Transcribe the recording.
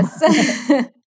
Yes